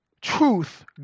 Truth